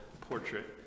portrait